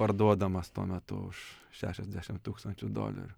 parduodamas tuo metu už šešiasdešim tūkstančių dolerių